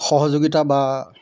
সহযোগিতা বা